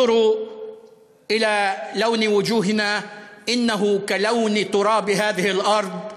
הביטו אל צבע פנינו הוא כצבע העפר של האדמה הזאת.